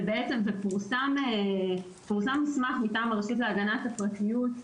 פורסם מסמך מטעם הרשות להגנת הפרטיות,